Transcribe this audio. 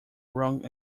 wrong